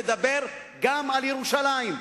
לדבר גם על ירושלים.